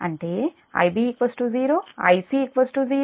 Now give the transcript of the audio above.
అంటే Ib 0 Ic 0